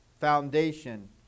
foundation